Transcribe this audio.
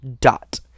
Dot